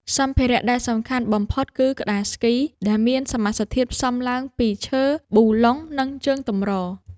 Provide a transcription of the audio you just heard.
សម្ភារៈដែលសំខាន់បំផុតគឺក្ដារស្គី ដែលមានសមាសធាតុផ្សំឡើងពីឈើ ប៊ូឡុង និងជើងទម្រ។